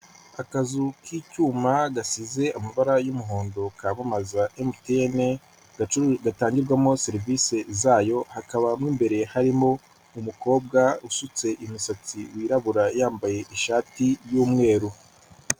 Akazu k'icyuma gasize amabara y'umuhondo kamamaza MTN, gatangirwamo serivisi zayo, hakaba mo imbere harimo umukobwa usutse imisatsi yirabura, yambaye ishati y'umweru.